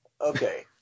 Okay